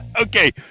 Okay